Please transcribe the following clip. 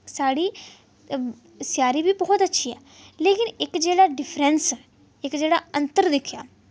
साढ़ी सेआरी बी बोह्त अच्छी ऐ लेकिन इक जेह्ड़ा डिफरैंस ऐ इक जेह्ड़ा अंतर दिक्खेआ